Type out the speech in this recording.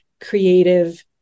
creative